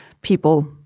people